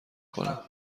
کنم